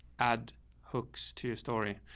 ad hooks to your story,